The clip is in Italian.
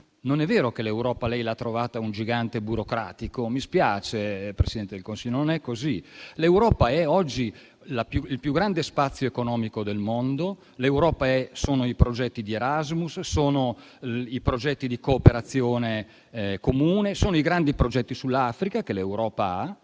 Non è vero che l'Europa che lei ha trovato sia un gigante burocratico. Mi spiace, Presidente del Consiglio, ma non è così. L'Europa è oggi il più grande spazio economico del mondo; l'Europa sono i progetti di Erasmus; sono i progetti di cooperazione comune; sono i grandi progetti sull'Africa che l'Europa ha,